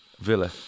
Villa